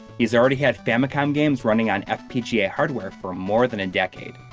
he's already had famicom games running on fpga hardware for more than a decade